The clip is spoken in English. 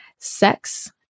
sex